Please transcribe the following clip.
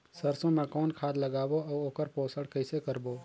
सरसो मा कौन खाद लगाबो अउ ओकर पोषण कइसे करबो?